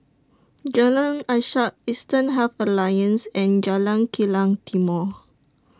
Jalan Ishak Eastern Health Alliance and Jalan Kilang Timor